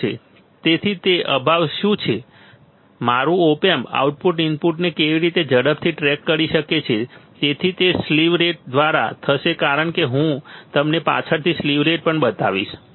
તેથી તે અભાવ શું છે મારું ઓપ એમ્પ આઉટપુટ ઇનપુટને કેવી રીતે ઝડપથી ટ્રેક કરી શકે છે જેથી તે સ્લીવ રેટ દ્વારા થશે કારણ કે હું તમને પાછળથી સ્લીવ રેટ પણ બતાવીશ